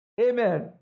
Amen